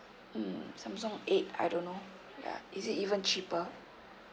mm samsung eight I don't know ya is it even cheaper